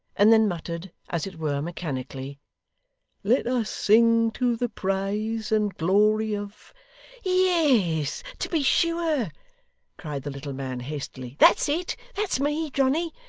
and then muttered, as it were mechanically let us sing to the praise and glory of yes, to be sure cried the little man, hastily that's it that's me, johnny.